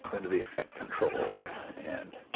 go into the effect controls and